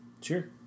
Sure